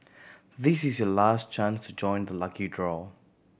this is your last chance to join the lucky draw